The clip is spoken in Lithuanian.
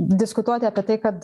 diskutuoti apie tai kad